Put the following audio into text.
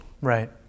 Right